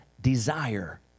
desire